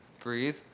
Breathe